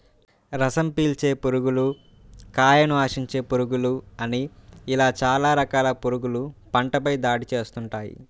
రసం పీల్చే పురుగులు, కాయను ఆశించే పురుగులు అని ఇలా చాలా రకాలైన పురుగులు పంటపై దాడి చేస్తుంటాయి